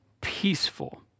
peaceful